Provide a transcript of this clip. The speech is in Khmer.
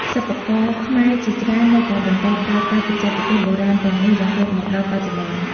សិប្បករខ្មែរជាច្រើននៅតែបន្តប្រើប្រាស់បច្ចេកទេសបុរាណទាំងនេះរហូតមកដល់បច្ចុប្បន្ន។